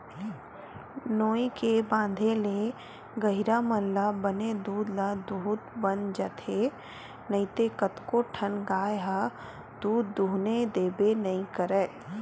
नोई के बांधे ले गहिरा मन ल बने दूद ल दूहूत बन जाथे नइते कतको ठन गाय ह दूद दूहने देबे नइ करय